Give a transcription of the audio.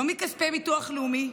לא מכספי ביטוח לאומי,